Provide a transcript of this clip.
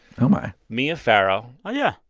oh, my. mia farrow. oh, yeah.